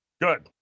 Good